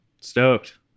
Stoked